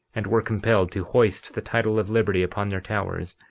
and were compelled to hoist the title of liberty upon their towers,